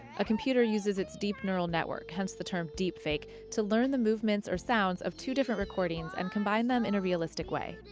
a computer uses its deep neural network, hence the term deepfake to learn the movements or sounds of two different recordings and combine them in a realistic way.